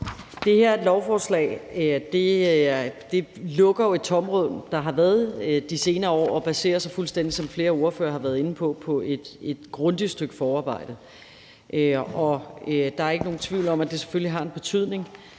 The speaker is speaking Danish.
Det her lovforslag lukker jo et tomrum, der har været i de senere år, og det baserer sig fuldstændig, som flere ordførere også har været inde på, på et grundigt stykke forarbejde, og der er ikke nogen tvivl om, at det selvfølgelig har en betydning